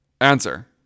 Answer